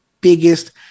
biggest